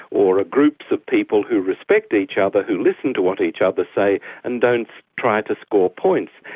or ah groups of people who respect each other, who listen to what each other say and don't try to score points.